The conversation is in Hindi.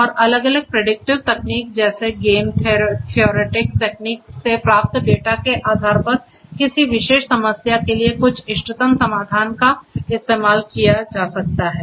और अलग अलग predictive तकनीक जैसे गेम थेरैटिक तकनीक से प्राप्त डेटा के आधार पर किसी विशेष समस्या के लिए कुछ इष्टतम समाधान का इस्तेमाल किया जा सकता है